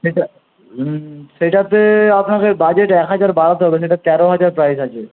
সেটা হুম সেইটাতে আপনাকে বাজেট একহাজার বাড়াতে হবে সেটা তেরো হাজার প্রাইস আছে